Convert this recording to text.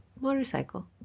motorcycle